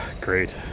great